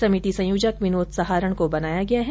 समिति संयोजक विनोद सहारण को बनाया गया है